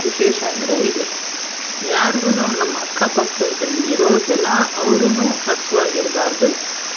ವಿಶೇಷ ಅಂದರೆ ಇದೆ ಯಾರ್ಗು ನಮ್ಮ ಅಕ್ಕಪಕ್ಕದಲ್ಲಿರೋ ಜನ ಅವ್ರು ಹಸಿವಾಗಿರ್ಬಾರ್ದು